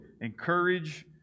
encourage